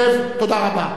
שב, תודה רבה.